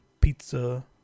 Pizza